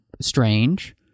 strange